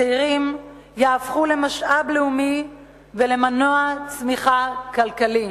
הצעירים יהפכו למשאב לאומי ולמנוע צמיחה כלכלית.